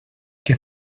que